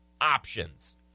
options